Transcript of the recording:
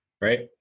right